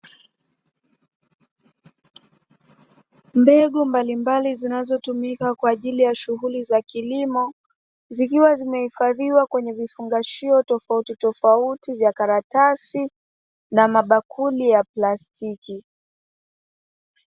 Mbegu mbalimbali zinazotumika kwa ajili ya shughuli za kilimo, zikiwa zimehifadhiwa kwenye vifungashio tofautitofauti vya karatasi, na mabakuli ya plastiki.